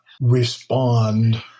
respond